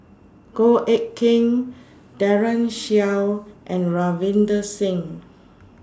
Goh Eck Kheng Daren Shiau and Ravinder Singh